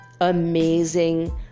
amazing